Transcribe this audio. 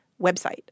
website